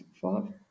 five